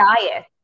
diet